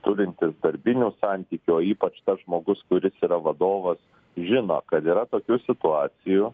turintis darbinių santykių o ypač tas žmogus kuris yra vadovas žino kad yra tokių situacijų